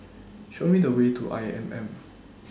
Show Me The Way to I M M